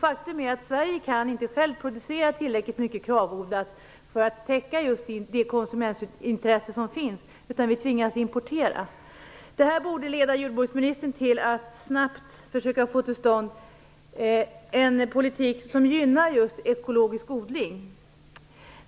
Faktum är att Sverige inte kan själv producera tillräckligt mycket KRAV-odlat för att täcka det konsumentintresse som finns. Vi tvingas importera. Det borde leda jordbruksministern till att snabbt försöka få till stånd en politik som gynnar ekologisk odling.